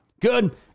Good